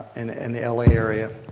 and and the l a. area.